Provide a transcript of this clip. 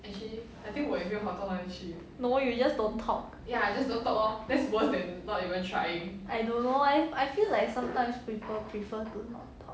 no you just don't talk I don't know leh I feel like sometimes people prefer to not talk